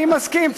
אני מסכים,